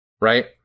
right